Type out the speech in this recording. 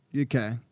Okay